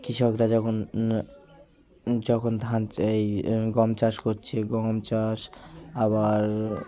কৃষকরা যখন যখন ধানচ এই গম চাষ করছে গম চাষ আবার